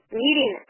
meeting